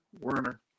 Werner